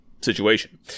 situation